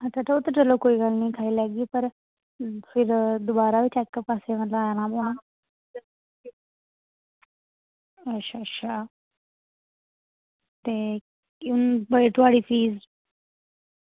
हां ओह् ते चलो खाई लैगी पर फिर दबारा बी चैक अप आस्तै ते आना पौना अच्छा अच्छा ते थुआढ़ी फीस